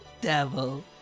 devil